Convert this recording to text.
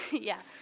yeah.